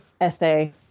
essay